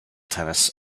tennis